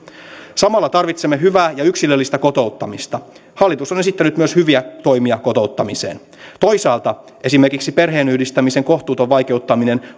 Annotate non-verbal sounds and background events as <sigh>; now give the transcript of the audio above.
samalla tarvitsemme hyvää ja yksilöllistä kotouttamista hallitus on esittänyt myös hyviä toimia kotouttamiseen toisaalta esimerkiksi perheenyhdistämisen kohtuuton vaikeuttaminen <unintelligible>